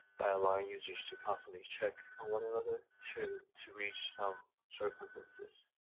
by allowing users to constantly check on one another to to reach some sort of consensus,